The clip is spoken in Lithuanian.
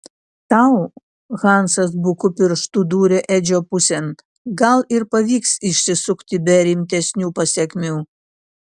tau hansas buku pirštu dūrė edžio pusėn gal ir pavyks išsisukti be rimtesnių pasekmių